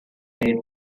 fate